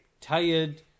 tired